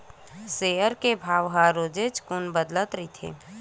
share के भाव ह रोजेच कुन बदलत रहिथे